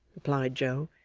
replied joe.